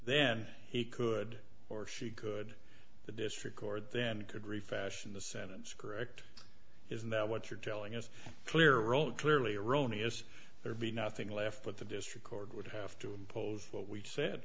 then he could or she could the district court then could refashion the sentence correct isn't that what you're telling us clear role clearly erroneous there'd be nothing left but the district court would have to pose what we said